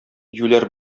юләр